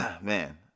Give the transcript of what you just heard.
man